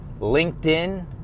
LinkedIn